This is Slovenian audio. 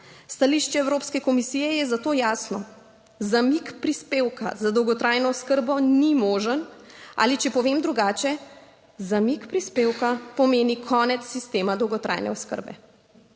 Stališče Evropske komisije je zato jasno: zamik prispevka za dolgotrajno oskrbo ni možen, ali če povem drugače, zamik prispevka pomeni konec sistema dolgotrajne oskrbe.